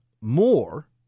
more